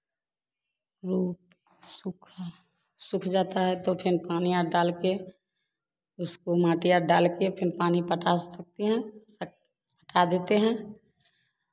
रोपे सुखा सूख जाता है तो फिर पानी डाल कर उसको मिट्टीया डाल कर फिर पानी पटा सकते हैं सक पटा देते हैं